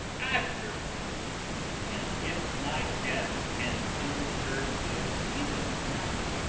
after death and if my death can do her good even now,